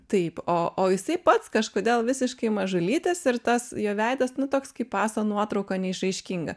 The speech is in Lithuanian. taip o o jisai pats kažkodėl visiškai mažulytis ir tas jo veidas toks kaip paso nuotrauka neišraiškinga